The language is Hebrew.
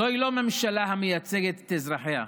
זוהי לא ממשלה המייצגת את אזרחיה.